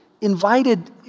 invited